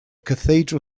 cathedral